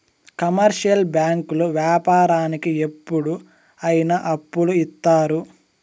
commercial బ్యాంకులు వ్యాపారానికి ఎప్పుడు అయిన అప్పులు ఇత్తారు